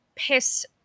Piss